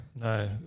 No